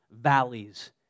valleys